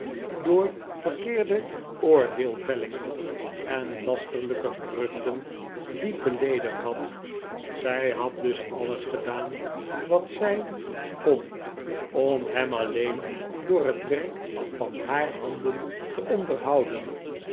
door verkeerde oordeelvellingen en lasterlijke geruchten diep beleedigd had zij had dus alles gedaan wat zij kon om hem alleen door het werk van haar handen te onderhouden